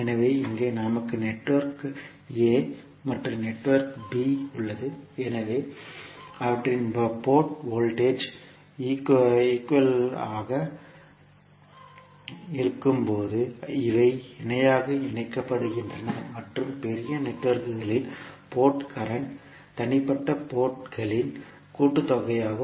எனவே இங்கே நமக்கு நெட்வொர்க் a மற்றும் நெட்வொர்க் பி உள்ளது எனவே அவற்றின் போர்ட் வோல்டேஜ் ஈக்குவல் ஆக இருக்கும்போது இவை இணையாக இணைக்கப்படுகின்றன மற்றும் பெரிய நெட்வொர்க்குகளின் போர்ட் கரண்ட் தனிப்பட்ட போர்ட் கரண்ட்களின் கூட்டுத்தொகையாகும்